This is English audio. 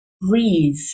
breathe